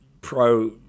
pro